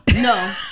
no